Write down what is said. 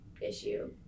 issue